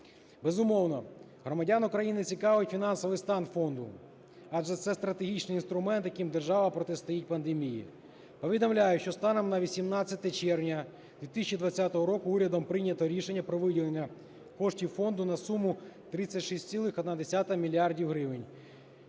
Безумовно, громадян України цікавить фінансовий стан фонду, адже це стратегічний інструмент, яким держава протистоїть пандемії. Повідомляю, що станом на 18 червня 2020 року урядом прийнято рішення про виділення коштів фонду на суму 36,1 мільярда